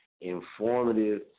informative